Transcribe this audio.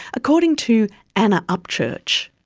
according to anna upchurch.